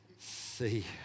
see